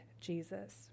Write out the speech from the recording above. Jesus